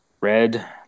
red